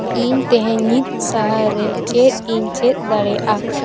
ᱤᱧ ᱛᱮᱦᱮᱧ ᱧᱤᱫ ᱥᱟᱦᱟᱨ ᱨᱮ ᱪᱮᱫ ᱤᱧ ᱪᱮᱫ ᱫᱟᱲᱮᱭᱟᱜᱼᱟ